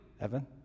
Evan